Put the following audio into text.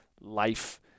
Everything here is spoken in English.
life